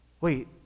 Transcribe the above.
wait